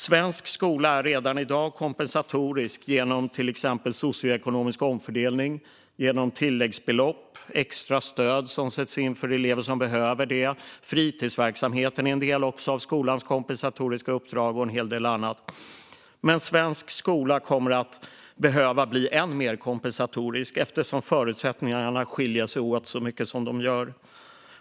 Svensk skola är redan i dag kompensatorisk genom till exempel socioekonomisk omfördelning, tilläggsbelopp, extra stöd för de elever som behöver det, fritidsverksamhet och en hel del annat. Men svensk skola kommer att behöva bli än mer kompensatorisk eftersom förutsättningarna skiljer sig åt så mycket som de gör.